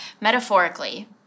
metaphorically